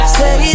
say